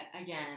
again